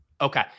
Okay